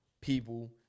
people